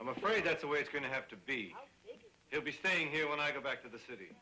i'm afraid that's the way it's going to have to be it'll be staying here when i go back to the city